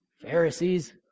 Pharisees